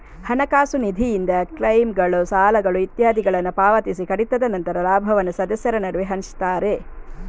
ಹಣಕಾಸು ನಿಧಿಯಿಂದ ಕ್ಲೈಮ್ಗಳು, ಸಾಲಗಳು ಇತ್ಯಾದಿಗಳನ್ನ ಪಾವತಿಸಿ ಕಡಿತದ ನಂತರ ಲಾಭವನ್ನ ಸದಸ್ಯರ ನಡುವೆ ಹಂಚ್ತಾರೆ